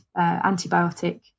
antibiotic